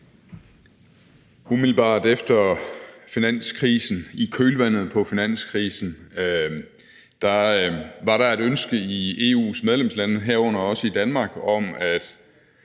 Umiddelbart efter finanskrisen, i kølvandet på finanskrisen, var der er et ønske i EU's medlemslande, herunder i Danmark, om, at